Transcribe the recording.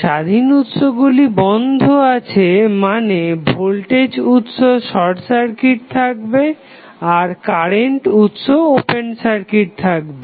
স্বাধীন উৎসগুলি বন্ধ আছে মানে ভোল্টেজ উৎস শর্ট সার্কিট থাকবে আর কারেন্ট উৎস ওপেন সার্কিট থাকবে